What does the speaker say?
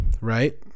Right